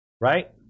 Right